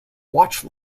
watch